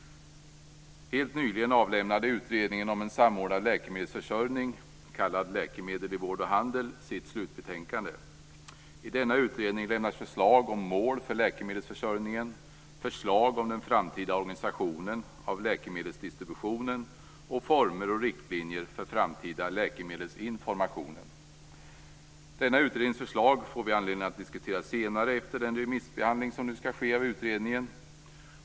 Helt nyligen avlämnade utredningen om en samordnad läkemedelsförsörjning, kallad Läkemedel vid vård och handel, sitt slutbetänkande. I denna utredning lämnas förslag om mål för läkemedelsförsörjningen, förslag om den framtida organisationen av läkemedelsdistributionen och former och riktlinjer för framtida läkemedelsinformation. Denna utrednings förslag får vi anledning att diskutera senare, efter den remissbehandling som nu skall ske av betänkandet.